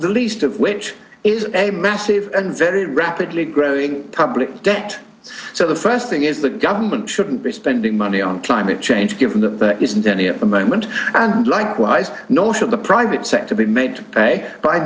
the least of which is a massive and very rapidly growing public debt so the first thing is the government shouldn't be spending money on climate change given that there isn't any at the moment and likewise nor should the private sector be made